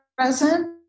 present